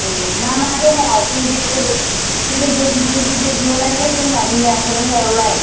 औ मामा दङ बिल्दिंफोर बिल्दिंफोर गिदिर गिदिर लुनायफोर दंना गैया क'क्राझाराव लाय